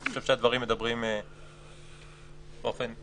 אני חושב שהדברים מדברים באופן ברור.